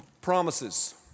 Promises